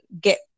get